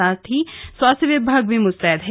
साथ ही स्वास्थ्य विभाग भी मुस्तैद है